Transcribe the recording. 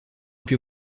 più